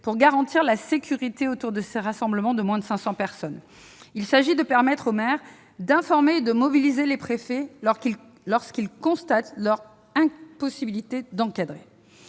pour garantir la sécurité autour des rassemblements de moins de 500 personnes. Il s'agit de permettre aux maires d'informer et de mobiliser les préfets lorsqu'ils constatent l'impossibilité pour